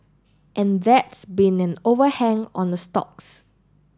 and that's been an overhang on the stocks